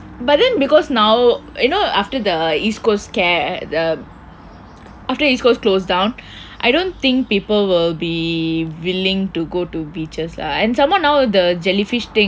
but then because now you know after the east coast care the after east coast closed down I don't think people will be willing to go to beaches lah and somemore now the jellyfish thing